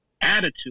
attitude